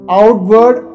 outward